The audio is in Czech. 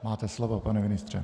Máte slovo, pane ministře.